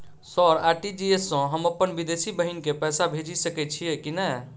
Sir RTGS सँ हम अप्पन विदेशी बहिन केँ पैसा भेजि सकै छियै की नै?